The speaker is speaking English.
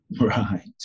Right